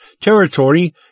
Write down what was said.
territory